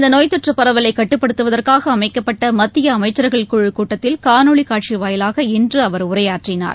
இந்த நோய் தொற்று பரவலை கட்டுப்படுத்துவதற்காக அமைக்கப்பட்ட மத்திய அமைச்சர்கள் குழுக் கூட்டத்தில் காணொலி காட்சி வாயிலாக இன்று அவர் உரையாற்றினார்